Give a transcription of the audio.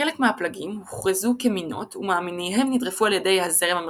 חלק מהפלגים הוכרזו כמינות ומאמינהם נרדפו על ידי הזרם המרכזי,